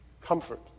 comfort